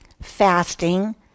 fasting